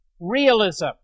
realism